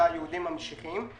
מהיהודים המשיחיים.